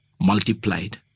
multiplied